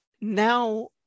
now